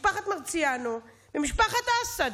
משפחת מרציאנו ומשפחת אסד,